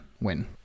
win